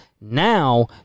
now